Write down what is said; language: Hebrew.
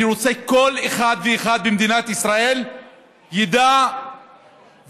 אני רוצה שכל אחד ואחד במדינת ישראל ידע ויבין